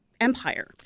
empire